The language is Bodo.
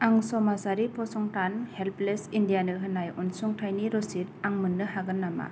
आं समाजारि फसंथान हेल्पलेज इन्डियानो होनाय अनसुंथाइनि रसिद आं मोन्नो हागोन नामा